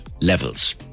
levels